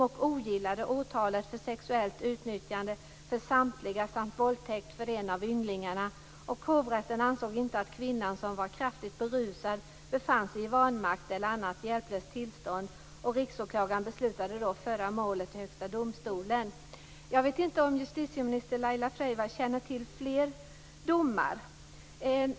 Hovrätten ansåg inte att kvinnan, som var kraftigt berusad, befann sig i vanmakt eller annat hjälplöst tillstånd. Riksåklagaren beslutade då att föra målet till Jag vet inte om justitieminister Laila Freivalds känner till fler domar.